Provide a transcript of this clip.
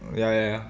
ya ya